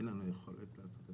עדכנו את האגרה שם לעשירית